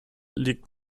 liegt